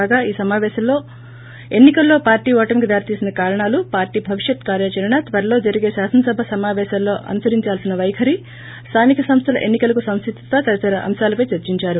కాగా ఈ సమాపేశంలో ఎన్ని కల్లో పార్టీ ఓటమికి దారి తీసిన కారణాలు పార్టీ భవిష్యత్తు కార్యాచరణ త్వరలో జరిగే శాసనసభ సమాపేశాల్లో అనుసరించాల్సిన వైఖరి స్లానిక సంస్థల ఎన్పికేలకు సంసిద్దత తదితర అంశాలపై చర్చించారు